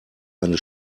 eine